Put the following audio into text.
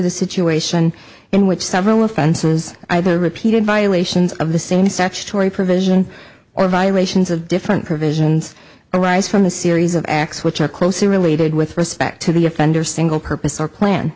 the situation in which several offenses either repeated violations of the same statutory provision or violations of different provisions arise from a series of acts which are closely related with respect to the offender single purpose or plan